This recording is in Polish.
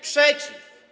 Przeciw.